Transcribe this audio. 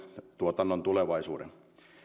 tuotannon tulevaisuuden